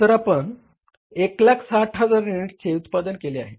तर आपण 160000 युनिट्सचे उत्पादन केले आहे